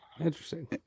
interesting